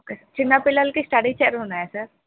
చిన్నపిల్లలకి స్టడీ చైర్లు ఉన్నాయా సార్